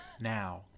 now